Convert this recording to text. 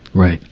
right.